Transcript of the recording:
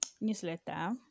newsletter